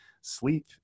sleep